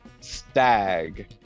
stag